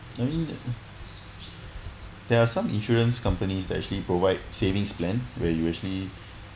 I mean there are some insurance companies that actually provide savings plan where you actually